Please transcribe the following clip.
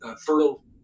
fertile